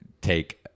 take